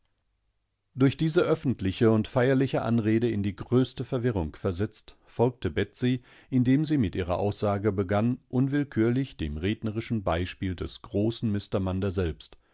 durch diese öffentliche und feierliche anrede in die größte verwirrung versetzt folgte betsey indem sie mit ihrer aussage begann unwillkürlich dem rednerischen beispiel des großen mr munder selbst